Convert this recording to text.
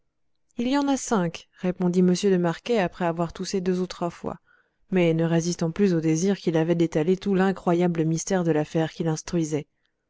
il y en a cinq répondit m de marquet après avoir toussé deux ou trois fois mais ne résistant plus au désir qu'il avait d'étaler tout l'incroyable mystère de l'affaire qu'il instruisait